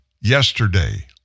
yesterday